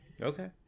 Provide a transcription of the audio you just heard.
Okay